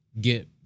Get